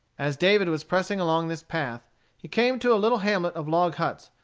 as david was pressing along this path he came to a little hamlet of log huts,